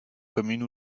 commune